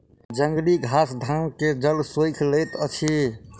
जंगली घास धान के जल सोइख लैत अछि